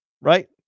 right